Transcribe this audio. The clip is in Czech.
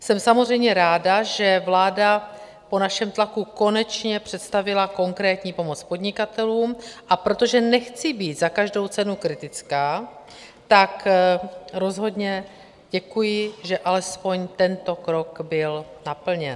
Jsem samozřejmě ráda, že vláda po našem tlaku konečně představila konkrétní pomoc podnikatelům, a protože nechci být za každou cenu kritická, rozhodně děkuji, že alespoň tento krok byl naplněn.